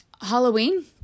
Halloween